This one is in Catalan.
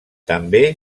també